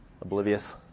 Oblivious